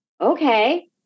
okay